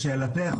לשאלתך,